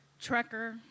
Trekker